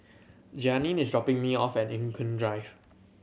Jeannine is dropping me off at Eng Kong Drive